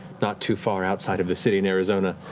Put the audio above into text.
not too far outside of the city in arizona.